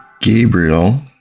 Gabriel